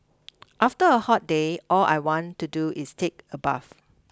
after a hot day all I want to do is take a bath